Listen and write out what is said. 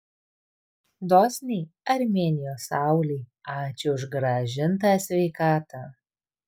dosniai armėnijos saulei ačiū už grąžintą sveikatą